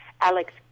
Alex